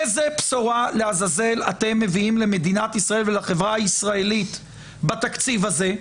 איזה בשורה לעזאזל אתם מביאים למדינת ישראל ולחברה הישראלית בתקציב הזה,